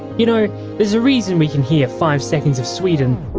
you know there's a reason we can hear five seconds of sweden